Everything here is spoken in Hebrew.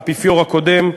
עם האפיפיור הקודם.